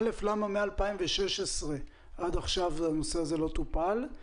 למה מ-2016 עד עכשיו הנושא הזה לא טופל?